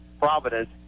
Providence